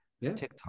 TikTok